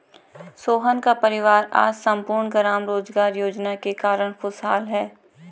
सोहन का परिवार आज सम्पूर्ण ग्राम रोजगार योजना के कारण खुशहाल है